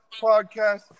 podcast